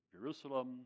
Jerusalem